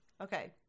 Okay